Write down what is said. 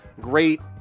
great